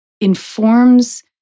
informs